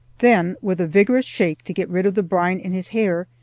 then, with a vigorous shake to get rid of the brine in his hair,